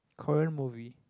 Korean movie